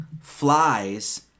Flies